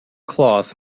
cloth